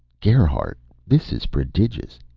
gerhardt, this is prodigious.